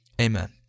Amen